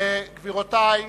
גבירותי הנכבדות,